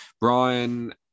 brian